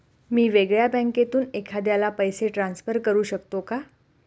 मी वेगळ्या बँकेतून एखाद्याला पैसे ट्रान्सफर करू शकतो का?